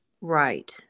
right